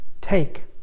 Take